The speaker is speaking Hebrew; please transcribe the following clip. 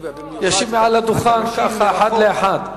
ישיב לו על הדוכן אחד לאחד.